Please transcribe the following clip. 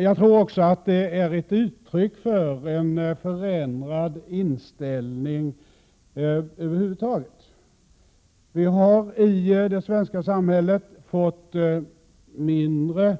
Jag tror också att denna utveckling är ett uttryck för en förändrad inställning över huvud taget. Vi har i det svenska samhället fått mindre